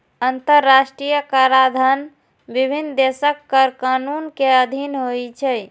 अंतरराष्ट्रीय कराधान विभिन्न देशक कर कानून के अधीन होइ छै